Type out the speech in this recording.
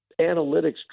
analytics